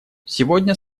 сегодня